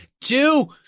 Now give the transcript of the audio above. two